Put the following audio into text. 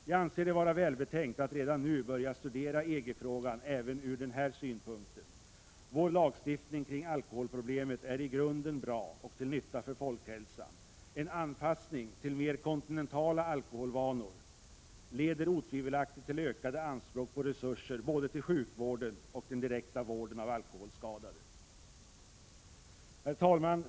Jag anser det vara välbetänkt att redan nu börja studera EG-frågan även ur denna synpunkt. Vår lagstiftning kring alkoholproblemet är i grunden bra och till nytta för folkhälsan. En anpassning till mer kontinentala alkoholvanor leder otvivelaktigt till ökade anspråk på resurser både till sjukvården och den direkta vården av alkoholskadade. Herr talman!